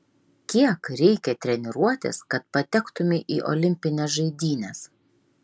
kiek reikia treniruotis kad patektumei į olimpines žaidynes